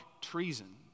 treason